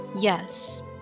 yes